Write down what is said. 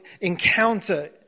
encounter